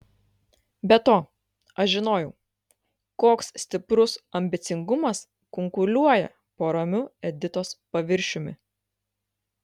be to aš žinojau koks stiprus ambicingumas kunkuliuoja po ramiu editos paviršiumi